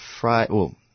Friday